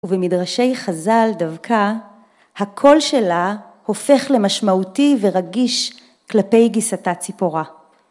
ובמדרשי חזל דווקא, הקול שלה הופך למשמעותי ורגיש כלפי גיסתה ציפורה.